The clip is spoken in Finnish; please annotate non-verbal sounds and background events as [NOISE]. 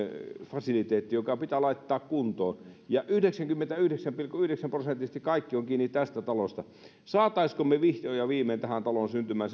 fasiliteetti joka pitää laittaa kuntoon ja yhdeksänkymmentäyhdeksän pilkku yhdeksän prosenttisesti kaikki on kiinni tästä talosta saisimmeko me vihdoin ja viimein tähän taloon syntymään [UNINTELLIGIBLE]